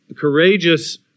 courageous